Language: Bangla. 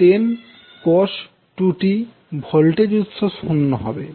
10 cos 2t ভোল্টেজ উৎস শূন্য হবে